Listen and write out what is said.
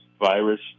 virus